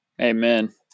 Amen